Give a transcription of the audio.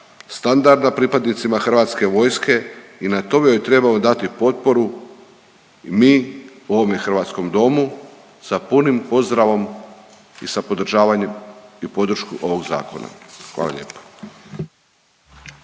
standarda pripadnicima hrvatske vojske i na tom im trebamo dati potporu mi u ovome hrvatskom domu sa punim pozdravom i sa podržavanjem i podršku ovog zakona. Hvala lijepo.